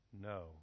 No